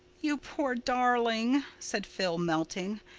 you poor darling, said phil, melting.